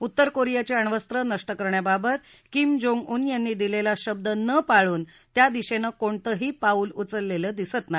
उत्तर कोरियाची अण्वस्त्र नष्ट करण्याबाबत किम जोंग उन् यांनी दिलेला शब्द न पाळून त्या दिशेनं कोणतंही पाऊल उचललेलं दिसत नाही